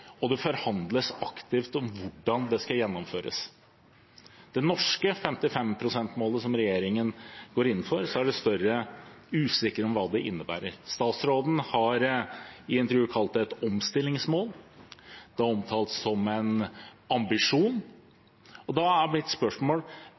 og det forhandles aktivt om hvordan det skal gjennomføres. Når det gjelder det norske 55-prosentmålet som regjeringen går inn for, er det større usikkerhet om hva det innebærer. Statsråden har i intervjuer kalt det et omstillingsmål, det er omtalt som en ambisjon.